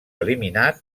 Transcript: eliminat